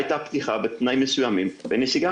אז הייתה פתיחה בתנאים מסוימים ונסיגה